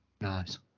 Nice